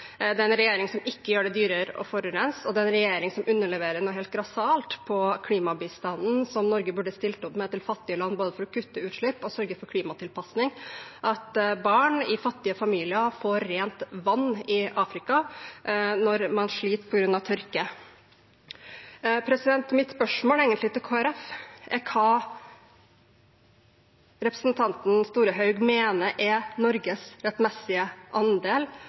det billigere med kollektivtransport. Det er en regjering som ikke gjør det dyrere å forurense, og det er en regjering som underleverer noe helt grassat på klimabistanden som Norge burde stilt opp med til fattige land, både for å kutte utslipp og for å sørge for klimatilpasning, slik at barn i fattige familier i Afrika får rent vann når man sliter på grunn av tørke. Mitt spørsmål til Kristelig Folkeparti er: Hva mener representanten Storehaug er Norges rettmessige andel